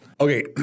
Okay